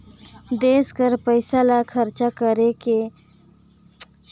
देस कर पइसा ल खरचा करे कर पाछू केतना बांचही कि नोसकान में रही तेकर ब्योरा बजट में होथे